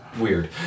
weird